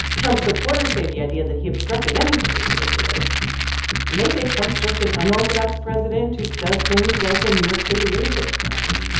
supporters say the idea that he obstructed anything is ridiculous. and they say trump's just an unorthodox president who does things like a new york city real estate developer.